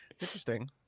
interesting